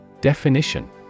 Definition